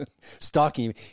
stalking